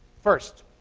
first,